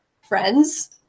friends